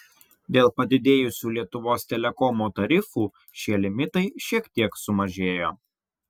dėl padidėjusių lietuvos telekomo tarifų šie limitai šiek tiek sumažėjo